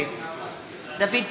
נגד דוד ביטן,